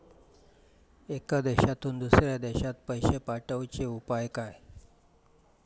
एका देशातून दुसऱ्या देशात पैसे पाठवचे उपाय काय?